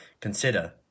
consider